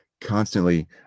constantly